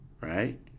right